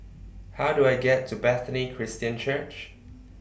How Do I get to Bethany Christian Church